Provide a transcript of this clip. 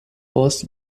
post